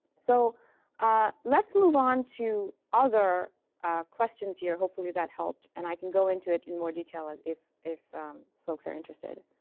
so ah let's move on to other questions here. hopefully, that helped. and i can go into it in more detail if if folks are interested.